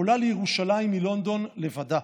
עולה לירושלים מלונדון לבדה.